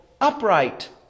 upright